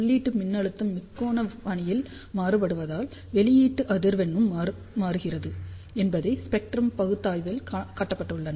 உள்ளீட்டு மின்னழுத்தம் முக்கோண பாணியில் மாறுபடுவதால் வெளியீட்டு அதிர்வெண்ணும் மாறுகிறது என்பதை ஸ்பெக்ட்ரம் பகுப்பாய்வியில் காட்டப்பட்டுள்ளன